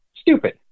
stupid